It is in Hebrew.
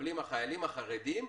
שמקבלים החיילים החרדים,